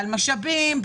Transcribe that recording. משאבים,